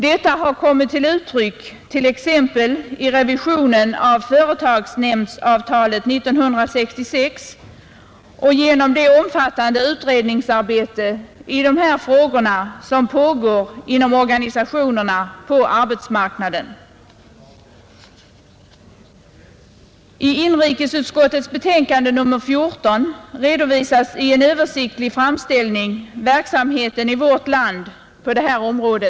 Detta har kommit till uttryck t.ex. i revisionen av företagsnämndsavtalet 1966 och genom det omfattande utredningsarbete i dessa frågor som pågår inom organisationer på arbetsmarknaden. I en översiktlig framställning i inrikesutskottets betänkande nr 14 redovisas verksamheten i vårt land på detta område.